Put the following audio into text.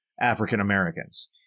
African-Americans